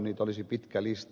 niitä olisi pitkä lista